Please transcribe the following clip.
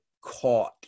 Caught